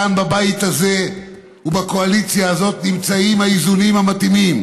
כאן בבית הזה ובקואליציה הזאת נמצאים האיזונים המתאימים.